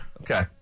Okay